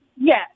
Yes